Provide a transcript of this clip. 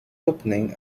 opening